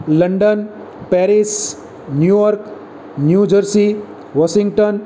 London Paris New York new jersey Washington